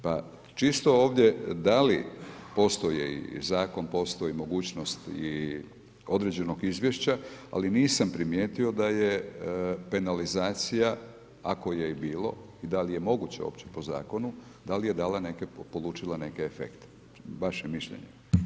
Pa čisto ovdje da li postoji i zakon, postoji i mogućnost i određenog izvješća, ali nisam primijetio da je penalizacija, ako je i bilo, da li je moguće uopće po zakonu, da li je dala, polučila neke efekte, vaš mišljenje.